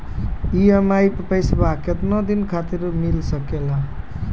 EMI मैं पैसवा केतना दिन खातिर मिल सके ला?